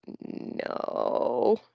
No